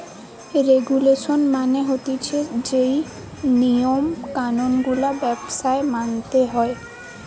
regulation মানে হতিছে যেই নিয়ম কানুন গুলা ব্যবসায় মানতে হয়